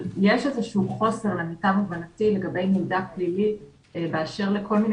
יש איזשהו חוסר לגבי מידע פלילי באשר לכל מיני